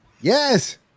Yes